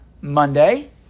Monday